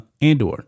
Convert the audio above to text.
Andor